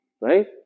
Right